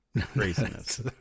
Craziness